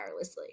wirelessly